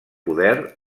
poder